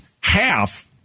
half